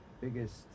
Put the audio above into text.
biggest